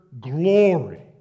glory